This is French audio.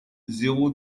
zéro